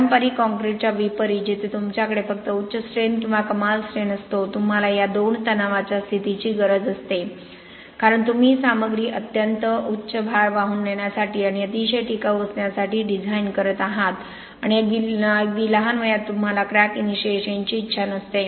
पारंपारिक काँक्रीटच्या विपरीत जिथे तुमच्याकडे फक्त उच्च स्ट्रेंथ किंवा कमाल स्ट्रैन असतो तुम्हाला या दोन तणावाच्या स्थितीची गरज असते कारण तुम्ही ही सामग्री अत्यंत उच्च भार वाहून नेण्यासाठी आणि अतिशय टिकाऊ असण्यासाठी डिझाइन करत आहात आणि अगदी लहान वयात तुम्हाला क्रॅक इनिशिएशनची इच्छा नसते